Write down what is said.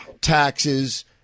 taxes